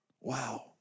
Wow